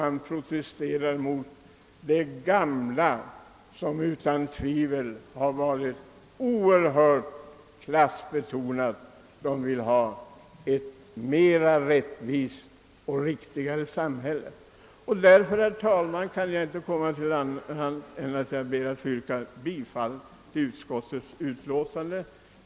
De protesterar mot det gamla, som utan tvivel var mycket klassbetonat. Ungdomen vill ha ett riktigare och numera rättvist samhälle.